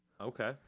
Okay